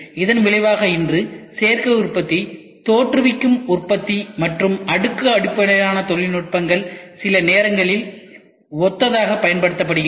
இதன் விளைவாக இன்று சேர்க்கை உற்பத்தி தோற்றுவிக்கும் உற்பத்தி மற்றும் அடுக்கு அடிப்படையிலான தொழில்நுட்பங்கள் சில நேரங்களில் ஒத்ததாக பயன்படுத்தப்படுகின்றன